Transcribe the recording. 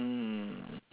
mm